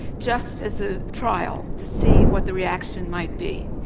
just as a trial to see what the reaction might be.